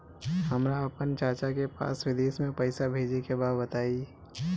हमरा आपन चाचा के पास विदेश में पइसा भेजे के बा बताई